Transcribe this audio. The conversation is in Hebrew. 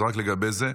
זרק לגבי זה,